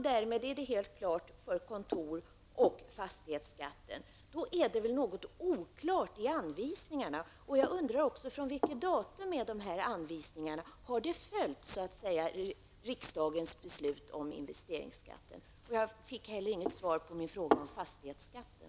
Därmed är det helt klart för kontorsoch fastighetsskatten. Då är det väl något som är oklart i anvisningarna. Jag undrar också vilket datum anvisningarna har. Har riksdagens beslut om investeringsskatten följts? Jag fick inte heller något svar på min fråga om fastighetsskatten.